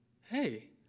hey